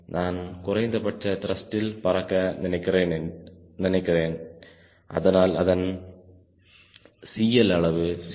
நான் குறைந்தபட்ச த்ருஷ்ட்ல் பறக்க நினைக்கிறேன் ஆனால் அதன் CL அளவு 0